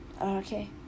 Okay